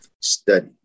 study